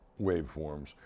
waveforms